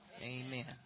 amen